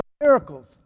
miracles